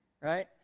right